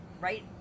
right